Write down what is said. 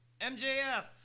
MJF